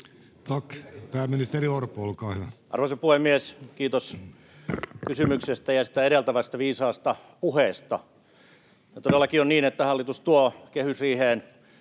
r) Time: 16:35 Content: Arvoisa puhemies! Kiitos kysymyksestä ja sitä edeltävästä viisaasta puheesta. — Todellakin on niin, että hallitus tuo kehysriiheen